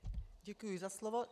Děkuji za slovo.